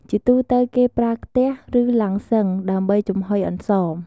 ជាទូទៅគេប្រើខ្ទះ ឬឡាំងសុឹងដើម្បីចំហុយអន្សម។